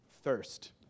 thirst